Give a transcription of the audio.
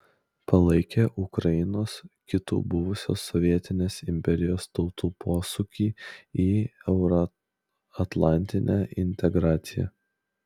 palaikė ukrainos kitų buvusios sovietinės imperijos tautų posūkį į euroatlantinę integraciją